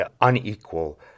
unequal